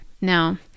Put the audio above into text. Now